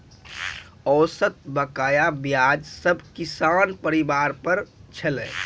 औसत बकाया ब्याज सब किसान परिवार पर छलै